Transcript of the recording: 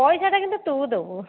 ପଇସାଟା କିନ୍ତୁ ତୁ ଦେବୁ